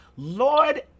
Lord